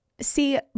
See